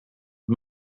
het